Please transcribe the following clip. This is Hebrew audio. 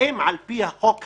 האם על פי החוק הזה,